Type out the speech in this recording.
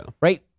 right